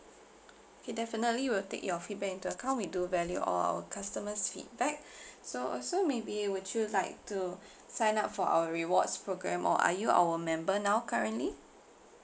okay definitely we'll take your feedback into account we do value all our customer's feedback so also maybe would you like to sign up for our rewards program or are you our member now currently